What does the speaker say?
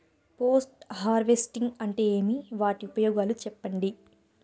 Post harvesting అంటే ఏమి? వాటి ఉపయోగాలు చెప్పండి?